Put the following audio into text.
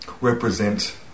represent